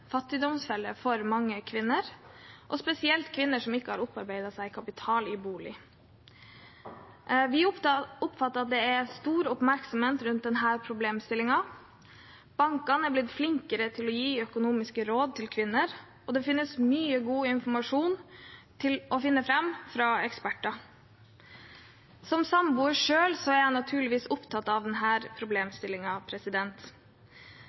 fattigdomsfelle for mange kvinner, og spesielt kvinner som ikke har opparbeidet seg kapital i bolig. Vi oppfatter at det er stor oppmerksomhet rundt denne problemstillingen. Bankene er blitt flinkere til å gi økonomiske råd til kvinner, og det finnes mye god informasjon fra eksperter å finne fram til. Som samboer er jeg selv naturligvis opptatt av